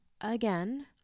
Again